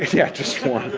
yeah just one.